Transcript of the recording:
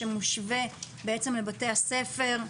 שמושווה בעצם לבתי הספר,